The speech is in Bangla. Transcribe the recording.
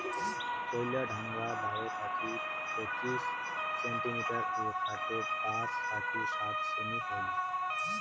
কইল্লার ঢাঙা বারো থাকি পঁচিশ সেন্টিমিটার ও খাটো পাঁচ থাকি সাত সেমি হই